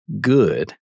good